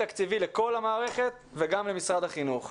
תקציבי לכל המערכת וגם למשרד החינוך.